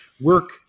work